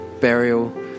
burial